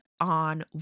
on